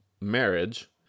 marriage